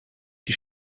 die